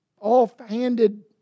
off-handed